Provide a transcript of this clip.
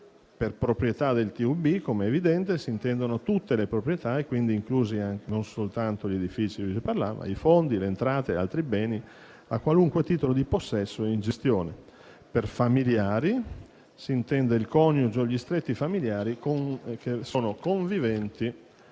per proprietà del TUB, com'è evidente, si intendono tutte le proprietà, inclusi quindi non soltanto gli edifici di cui si parlava, ma i fondi, le entrate e altri beni, a qualunque titolo di possesso e in gestione; per familiari si intendono il coniuge o gli stretti familiari conviventi